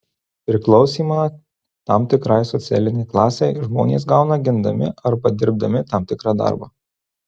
priklausymą tam tikrai socialinei klasei žmonės gauna gimdami arba dirbdami tam tikrą darbą